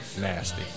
nasty